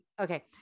Okay